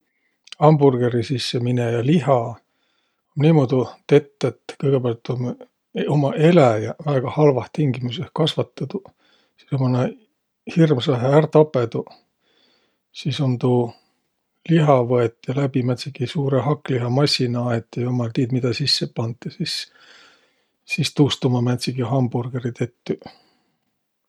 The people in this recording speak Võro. Hambugeri sisse minejä liha um niimuudu tett, et kõgõpäält om, ommaq eläjäq väega halvah tingimüisih kasvatõduq. Sis ummaq nä hirmsahe ärq tapõduq. Sis um tuu liha võet ja läbi määntsegi suurõ hakklihamassina aet ja jummal tiid, midä sisse pant. Ja sis, sis tuust ummaq määntsegiq hamburgeriq tettüq.